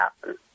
happen